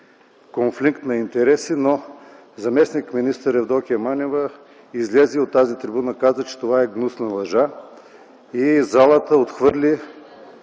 конфликт на интереси. Заместник-министърът Евдокия Манева излезе от тази трибуна и каза, че това е гнусна лъжа. Залата отхвърли